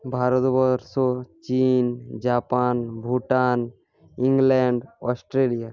ভারতবর্ষ চিন Japan Bhutan England Australia